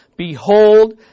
Behold